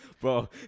bro